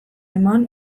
eman